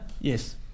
Yes